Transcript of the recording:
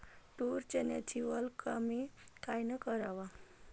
तूर, चन्याची वल कमी कायनं कराव?